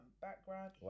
background